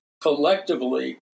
collectively